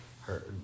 heard